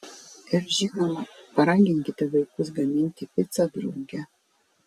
ir žinoma paraginkite vaikus gaminti picą drauge